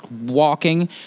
walking